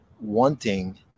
wanting